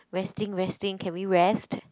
resting resting can we rest